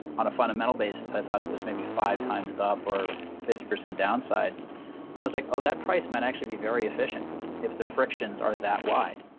on a fundamental basis, i thought it was maybe five times up or fifty percent downside. and i was like, oh, that price might actually be very efficient if the frictions are that wide,